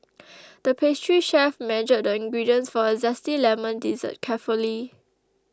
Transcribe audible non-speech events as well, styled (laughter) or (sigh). (noise) the pastry chef measured the ingredients for a Zesty Lemon Dessert carefully